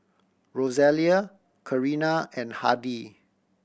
Rosalia Karina and Hardie